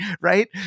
right